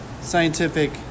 scientific